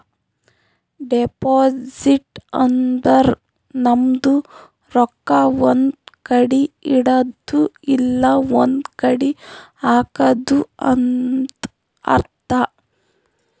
deposit ಅಂದುರ್ ನಮ್ದು ರೊಕ್ಕಾ ಒಂದ್ ಕಡಿ ಇಡದ್ದು ಇಲ್ಲಾ ಒಂದ್ ಕಡಿ ಹಾಕದು ಅಂತ್ ಅರ್ಥ